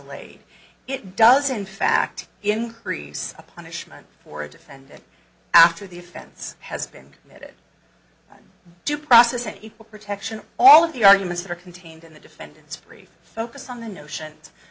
d it does in fact increase the punishment for a defendant after the offense has been committed due process and equal protection all of the arguments that are contained in the defendant's brief focus on the notions